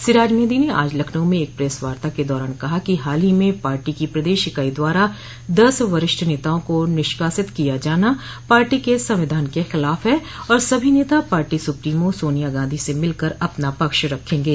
सिराज मेहंदी ने आज लखनऊ में एक प्रेस वार्ता के दौरान कहा कि हाल ही में पार्टी की प्रदेश इकाई द्वारा दस वरिष्ठ नेताओं को निष्कासित किया जाना पार्टी के संविधान के खिलाफ है और सभी नेता पार्टी सूप्रीमो सोनिया गांधी से मिलकर अपना पक्ष रखेंगे